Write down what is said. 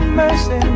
mercy